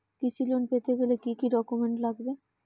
কৃষি লোন পেতে গেলে কি কি ডকুমেন্ট লাগবে?